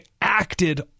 acted